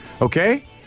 Okay